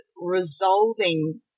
resolving